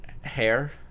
Hair